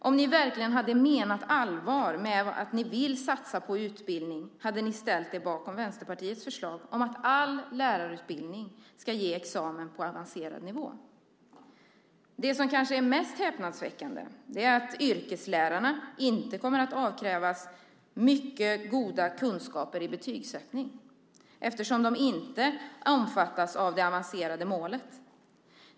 Om ni verkligen hade menat allvar med att satsa på utbildning hade ni ställt er bakom Vänsterpartiets förslag om att all lärarutbildning ska leda till examen på avancerad nivå. Det som kanske är mest häpnadsväckande är att yrkeslärarna inte kommer att avkrävas mycket goda kunskaper i betygssättning eftersom de inte omfattas av det avancerade målet.